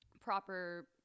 proper